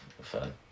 fun